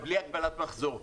ובלי הגבלת מחזור.